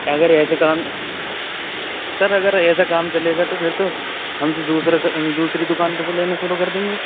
اگر ایسے کام سر اگر ایسا کام چلے گا تو پھر تو ہم تو دوسرے دوسری دکان پہ سے لینا شروع کر دیں گے